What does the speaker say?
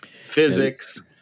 physics